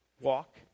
walk